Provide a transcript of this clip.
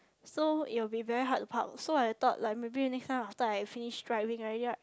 so it will be very hard to park so I thought like maybe next time after I finish driving already right